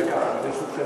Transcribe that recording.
דקה אחת, ברשותכם.